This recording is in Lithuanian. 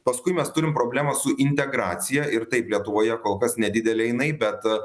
paskui mes turim problemą su integracija ir taip lietuvoje kol kas nedidelė jinai bet